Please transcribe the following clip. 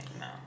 no